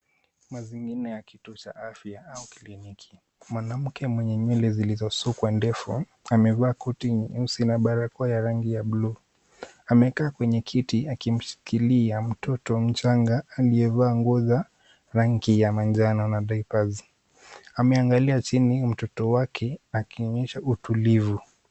Mazingira ya kituo cha afya au kliniki. Kuna mwanamke mwenye nywele zilizosukwa ndefu amevaa koti nyeusi na barakoa ya rangi ya buluu. Amekaa kwenye kiti akimshikilia mtoto mchanga aliyevaa nguo za rangi ya manjano na diapers . Amekaa chini akimuangalia kwa utulivu.